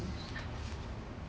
absolute that time my friend went